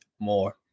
more